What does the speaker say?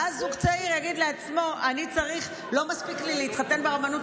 ואז זוג צעיר יגיד לעצמו: לא מספיק לי להתחתן ברבנות,